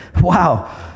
Wow